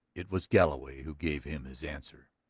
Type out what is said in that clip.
it was galloway who gave him his answer.